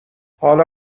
حالا